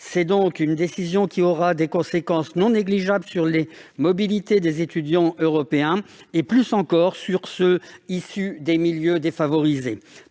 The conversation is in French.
C'est donc une décision qui aura des conséquences non négligeables sur les mobilités des étudiants européens, plus particulièrement s'ils sont issus de milieux défavorisés.